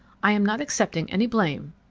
i am not accepting any blame.